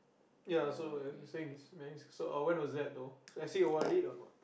ya so like you were saying this so when was that though has he o_r_d or not